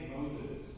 Moses